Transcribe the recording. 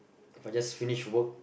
If I just finish work